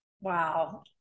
Wow